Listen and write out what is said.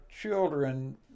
children